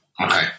Okay